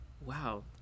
Wow